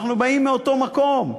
אנחנו באים מאותו מקום.